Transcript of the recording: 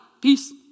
peace